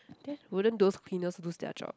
then wouldn't those cleaners lose their job